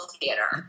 theater